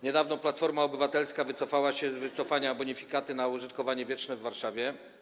Niedawno Platforma Obywatelska wycofała się z wycofania bonifikaty na użytkowanie wieczne w Warszawie.